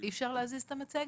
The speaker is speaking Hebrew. כדי להנגיש את המידע לציבור.